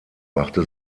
machte